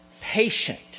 patient